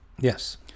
yes